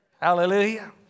Hallelujah